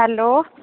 hello